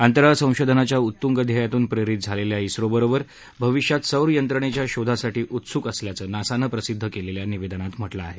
अंतराळ संशोधनाच्या उत्तुंग ध्येयातून प्रेरित झालेल्या इस्रोबरोबर भविष्यात सौर यंत्रणेच्या शोधासाठी उत्सुक असल्याचं नासानं प्रसिद्ध केलेल्या निवेदनात म्हटलं आहे